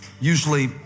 Usually